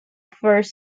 first